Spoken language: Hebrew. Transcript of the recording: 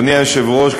אדוני היושב-ראש,